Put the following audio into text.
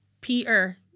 Peter